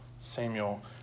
Samuel